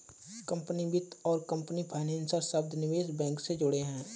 company वित्त और company financer शब्द निवेश बैंक से जुड़े हैं